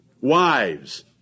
Wives